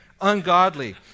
ungodly